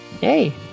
Hey